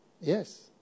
Yes